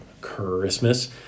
Christmas